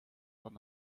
van